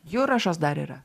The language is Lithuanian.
jurašas dar yra